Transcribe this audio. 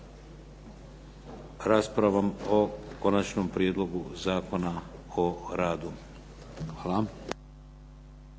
raspravom o Konačnom prijedlogu Zakona o radu. Hvala.